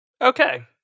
okay